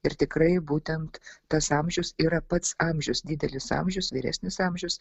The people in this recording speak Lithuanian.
ir tikrai būtent tas amžius yra pats amžius didelis amžius vyresnis amžius